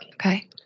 Okay